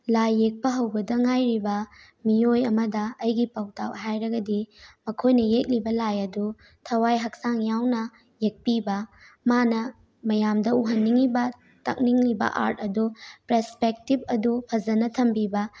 ꯂꯥꯏ ꯌꯦꯛꯄ ꯍꯧꯕꯇ ꯉꯥꯏꯔꯤꯕ ꯃꯤꯑꯣꯏ ꯑꯃꯗ ꯑꯩꯒꯤ ꯄꯥꯎꯇꯥꯛ ꯍꯥꯏꯔꯒꯗꯤ ꯃꯈꯣꯏꯅ ꯌꯦꯛꯂꯤꯕ ꯂꯥꯏ ꯑꯗꯨ ꯊꯥꯋꯥꯏ ꯍꯛꯆꯥꯡ ꯌꯥꯎꯅ ꯌꯦꯛꯄꯤꯕ ꯃꯥꯅ ꯃꯌꯥꯝꯗ ꯎꯍꯟꯅꯤꯡꯏꯕ ꯇꯥꯛꯅꯤꯡꯂꯤꯕ ꯑꯥꯔꯠ ꯑꯗꯨ ꯄ꯭ꯔꯦꯁꯄꯦꯛꯇꯤꯕ ꯑꯗꯨ ꯐꯖꯅ ꯊꯝꯕꯤꯕ